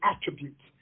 attributes